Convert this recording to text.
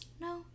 no